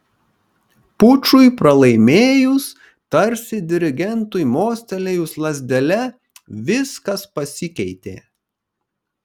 pučui pralaimėjus tarsi dirigentui mostelėjus lazdele viskas pasikeitė